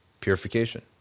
Purification